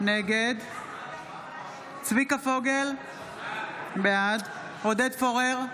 נגד צביקה פוגל, בעד עודד פורר,